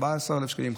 14,000 שקלים,